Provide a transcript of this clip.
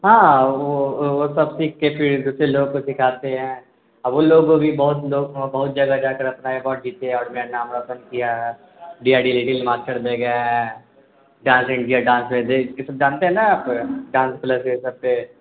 ہاں وہ وہ سب سیکھ کے پھر دوسرے لوگ کو سکھاتے ہیں او وہ لوگوں بھی بہت لوگ بہت جگہ جا کر اپنا یہ بہت جیتے ہے اور میرا نام روشن کیا ہے D R D little master میں گیا ہے ڈانس انڈیا ڈانس گئے تھے یہ سب جانتے ہیں نا آپ ڈانس پلس یہ سب پہ